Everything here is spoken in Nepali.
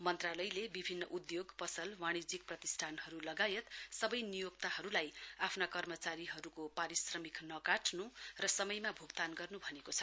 मन्त्रालयले विभिन्न उद्धोग पसल वाणिज्यिक प्रतिष्ठानहरु लगायत सवै नियोक्ताहरुलाई आफ्ना कर्मचारीहको पारिश्रमिक नकाटनु र समयमा भूक्तान गर्नु भनेको छ